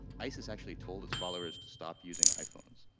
isis actually told its followers to stop using iphones.